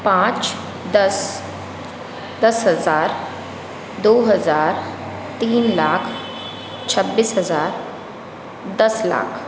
पाँच दस दस हज़ार दो हज़ार तीन लाख छब्बीस हज़ार दस लाख